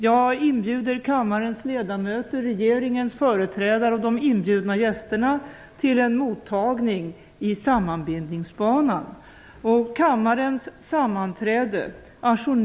Jag inbjuder kammarens ledamöter, regeringens företrädare och de inbjudna gästerna till en mottagning i sammanbindningsbanan.